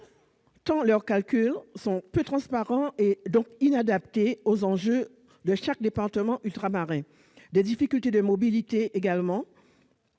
tant leurs calculs sont peu transparents et, donc, inadaptés aux enjeux de chaque département ultramarin. Des difficultés de mobilité et